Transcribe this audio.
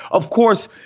of course,